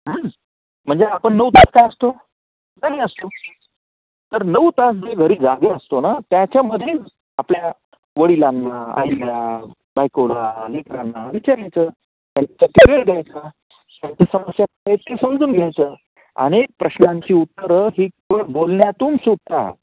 म्हणजे आपण नऊ तास काय असतो घरी असतो तर नऊ तास जे घरी जागे असतो ना त्याच्यामध्ये आपल्या वडिलांना आईला बायकोला लेकरांना विचारायचं त्यांचं घ्यायचं त्यांची समस्या समजून घ्यायचं अनेक प्रश्नांची उत्तरं ही बोलण्यातून सुटतात